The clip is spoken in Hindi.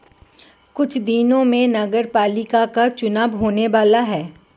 कुछ दिनों में नगरपालिका का चुनाव होने वाला है